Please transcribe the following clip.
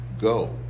Go